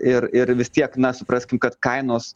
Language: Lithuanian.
ir ir vis tiek na supraskim kad kainos